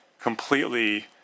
completely